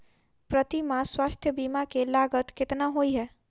प्रति माह स्वास्थ्य बीमा केँ लागत केतना होइ है?